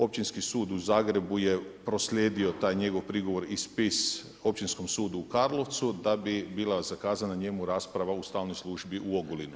Općinski sud u Zagrebu je proslijedio taj njegov prigovor i spis Općinskom sudu u Karlovcu, da bi bila zakazana njemu rasprava u stalnoj službi u Ogulinu.